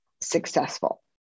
successful